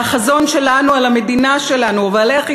והחזון שלנו על המדינה שלנו ועל איך היא